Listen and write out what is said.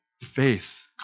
faith